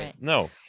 No